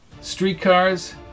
Streetcars